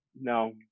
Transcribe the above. no